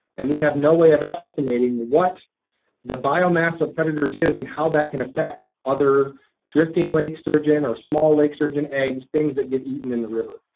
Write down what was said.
and we have no way of estimating what the biomass of predators is and how that can affect other drifting lake sturgeon or small lake sturgeon eggs, things that get eaten in the river.